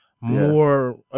more